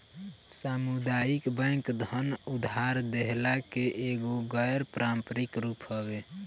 सामुदायिक बैंक धन उधार देहला के एगो गैर पारंपरिक रूप हवे